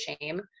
shame